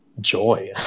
joy